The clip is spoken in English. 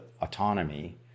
autonomy